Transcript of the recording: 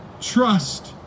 Trust